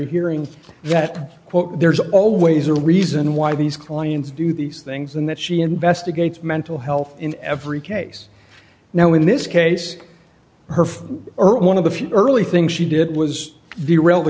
hearing that quote there's always a reason why these clients do these things and that she investigates mental health in every case now in this case her or one of the few early things she did was the real the